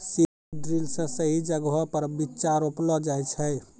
seed drill से सही जगहो पर बीच्चा रोपलो जाय छै